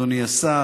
אדוני השר,